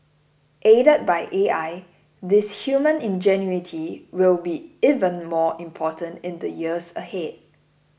aided by A I this human ingenuity will be even more important in the years ahead